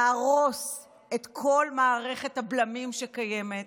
להרוס את כל מערכת הבלמים שקיימת.